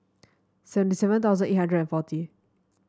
seventy seven thousand eight hundred and forty